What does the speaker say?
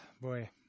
boy